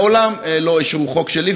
מעולם לא אישרו חוק שלי,